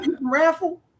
raffle